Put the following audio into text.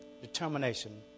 determination